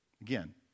Again